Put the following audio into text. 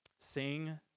Sing